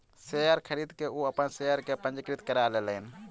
share खरीद के ओ अपन शेयर के पंजीकृत करा लेलैन